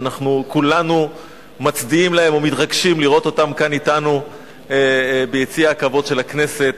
כולנו מצדיעים להם ומתרגשים לראות אותם כאן אתנו ביציע הכבוד של הכנסת.